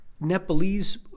Nepalese